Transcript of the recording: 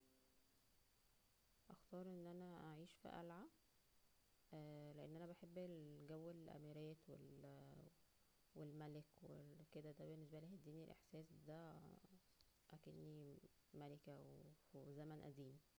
هاخنار ان انا اعيش فى قلعة لان انا بحب جو الاميرات وال -والملك و ال, كدا دا بالنسبالى هيدينى الاحساس بدا اكنى ملكة وفى زمن اديم